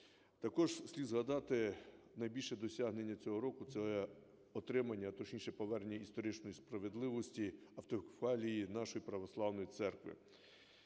Також слід згадати найбільше досягнення цього року – це отримання, а точніше, повернення історичної справедливості: автокефалії нашої православної церкви.